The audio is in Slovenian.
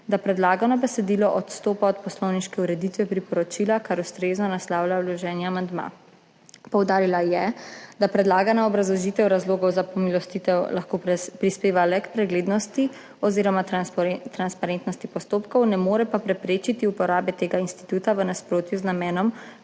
da predlagano besedilo odstopa od poslovniške ureditve priporočila, kar ustrezno naslavlja vloženi amandma. Poudarila je, da predlagana obrazložitev razlogov za pomilostitev lahko prispeva le k preglednosti, oz. transparentnosti postopkov, ne more pa preprečiti uporabe tega instituta v nasprotju z namenom